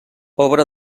obra